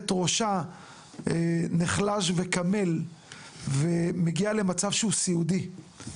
ראשה נחלש וכמל ומגיע למצב שהוא סיעודי,